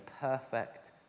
perfect